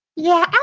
yeah,